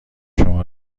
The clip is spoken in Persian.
شما